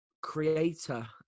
creator